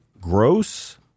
gross